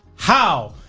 how?